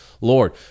Lord